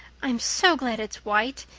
i'm so glad it's white.